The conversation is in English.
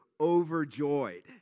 overjoyed